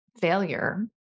failure